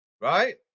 right